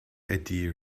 idea